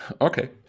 Okay